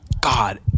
God